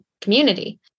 community